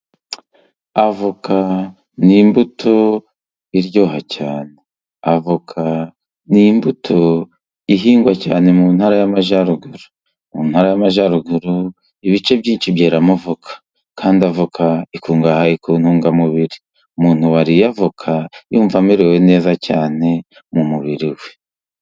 Avoka ni imbuto iryoha cyane, avoka ni imbuto ihingwa cyane mu ntara y'amajyaruguru. Mu ntara y'amajyaruguru ibice byinshi byeramo voka kandi avoka ikungahaye ku ntungamubiri, umuntu wariye avoka yumva amerewe neza cyane mu mubiri we.